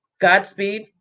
Godspeed